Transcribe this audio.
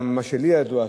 גם מה שלי ידוע,